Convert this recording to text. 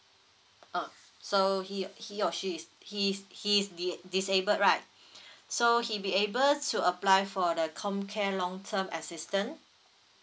oh so he he or she is he's he's di~ disabled right so he be able to apply for the com care long term assistant